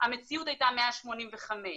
המציאות הייתה 185,